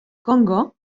congo